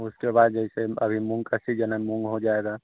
उसके बाद जैसे अभी मूँग का सीजन है मूँग हो जाएगा